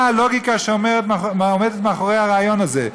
מה הלוגיקה שעומדת מאחורי הרעיון הזה?